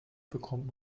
bekommt